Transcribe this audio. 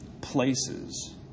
places